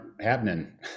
happening